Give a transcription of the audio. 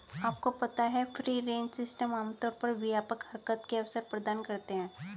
आपको पता है फ्री रेंज सिस्टम आमतौर पर व्यापक हरकत के अवसर प्रदान करते हैं?